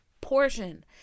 portion